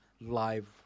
live